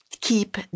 keep